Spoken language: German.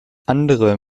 andere